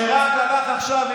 שרק לקח עכשיו,